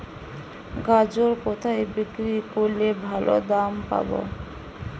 গাজর কোথায় বিক্রি করলে ভালো দাম পাব?